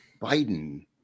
Biden